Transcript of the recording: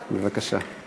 בבקשה.